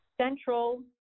central